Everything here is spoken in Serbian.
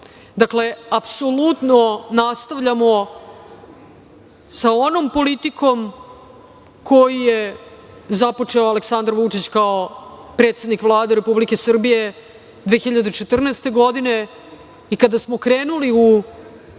itd. Dakle, apsolutno nastavljamo sa onom politikom koju je započeo Aleksandar Vučić kao predsednik Vlade Republike Srbije 2014. godine i kada smo krenuli u